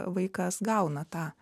vaikas gauna tą